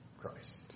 Christ